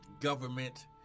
government